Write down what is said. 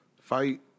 Fight